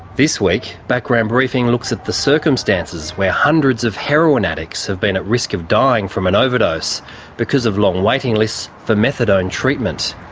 this week, background briefing looks at the circumstances where hundreds of heroin addicts have been at risk of dying from an overdose because of long waiting lists for methadone treatment,